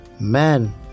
man